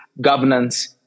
governance